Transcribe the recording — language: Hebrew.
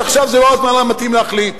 שעכשיו זה לא הזמן המתאים להחליט.